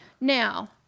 now